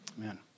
Amen